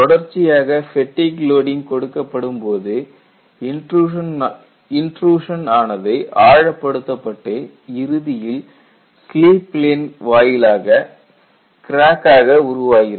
தொடர்ச்சியாக fatigue loading கொடுக்கப்படும் போது இன்ட்ரூஷன் ஆனது ஆழப்படுத்தப்பட்டு இறுதியில் ஸ்லீப் பிளேன் வாயிலாக கிராக்காக உருவாகிறது